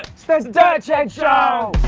dirt shed show!